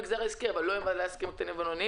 המגזר העסקי אבל לא עם בעלי העסקים הקטנים והבינוניים.